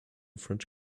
french